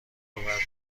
آورند